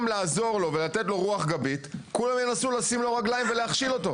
לעזור לו ולתת לו רוח גבית כולם ינסו לשים לו רגליים ולהכשיל אותו.